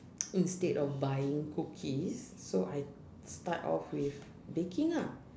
instead of buying cookies so I start off with baking ah